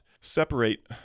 separate